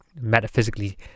metaphysically